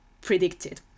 predicted